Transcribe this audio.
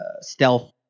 stealth